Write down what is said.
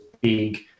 big